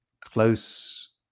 close